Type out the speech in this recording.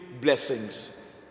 blessings